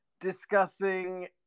discussing